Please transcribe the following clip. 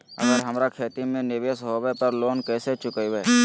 अगर हमरा खेती में निवेस होवे पर लोन कैसे चुकाइबे?